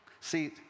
See